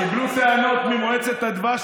קיבלו טענות ממועצת הדבש,